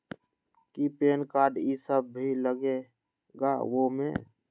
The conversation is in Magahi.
कि पैन कार्ड इ सब भी लगेगा वो में?